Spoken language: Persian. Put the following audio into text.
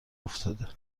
افتاده